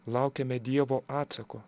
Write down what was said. laukiame dievo atsako